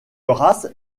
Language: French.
race